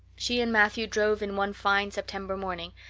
she and matthew drove in one fine september morning,